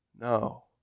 No